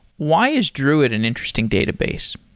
why is druid an interesting database?